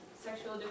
sexual